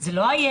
זה לא הילד,